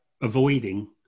avoiding